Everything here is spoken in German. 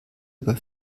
über